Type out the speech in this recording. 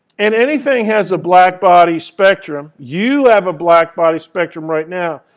and anything has a blackbody spectrum, you have a blackbody spectrum right now.